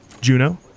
Juno